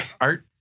art